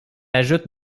ajoute